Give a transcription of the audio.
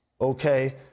okay